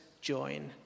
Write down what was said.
join